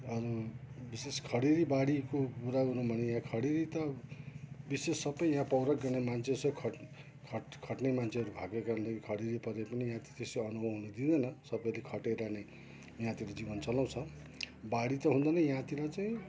अरू विशेष खडेडी बाडीको कुरा गरौँ भने यहाँ खरेडी त विशेष सबै यहाँ पौरख गर्ने मान्छे छ खट् खट् खट्ने मान्छेहरू भएको कारणले खरेडी परे पनि यहाँ त त्यस्तो अनुभव हुन दिँदैन सबैले खटेर नै यहाँतिर जीवन चलाउँछ बाडी त हुँदैन यहाँतिर चाहिँ